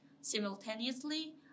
Simultaneously